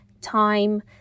time